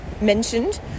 mentioned